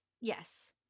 Yes